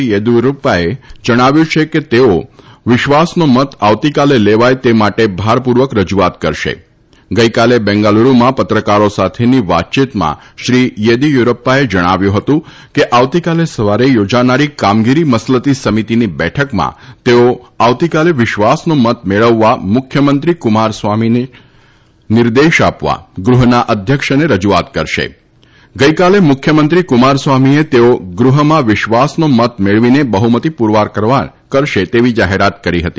યદ્દીયુરપ્પાએ જણાવ્યું છ કે તઘ્બો વિશ્વાસનો મત આવતીકાલાલાલાલાય તામાટે ભારપૂર્વક રજુઆત કરશા ગઇકાલ બેંગાલુરૂમાં પત્રકારો સાથક્ષી વાતચીતમાં તમ્પણ કહ્યું કે આવતીકાલ સવારે યોજાનારી કામગીરી મસલતી સમિતીની બઠકમાં તછ્યો આવતીકાલ વિશ્વાસનો મત મળવવા મુખ્યમંત્રી કુમારસ્વામીનાનિર્દેશ આપવા ગૃહના અધ્યક્ષનારજુઆત કરશા ગઇકાલ મુખ્યમંત્રી કુમારસ્વામીએ તશ્મો ગૃહમાં વિશ્વાસનો મત મળવીન બહુમતી પુરવાર કરવાની જાહેરાત રી હતી